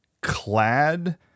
clad